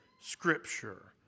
Scripture